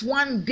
one